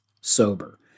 sober